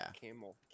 camel